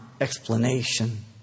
explanation